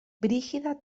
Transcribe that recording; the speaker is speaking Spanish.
brígida